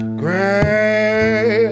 gray